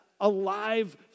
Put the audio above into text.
alive